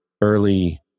early